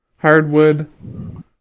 Hardwood